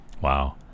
Wow